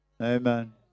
Amen